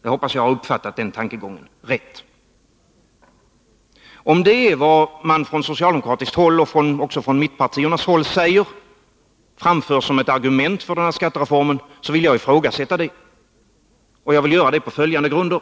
Jag hoppas att jag har uppfattat den tankegången rätt. — Om det är vad man från socialdemokratiskt håll och från mittpartihåll framför som ett argument för skattereformen, vill jag ifrågasätta det, och jag vill göra det på följande grunder.